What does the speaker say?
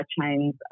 chains